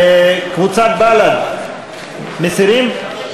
ל-2013 אושר, כולל לוח התיקונים.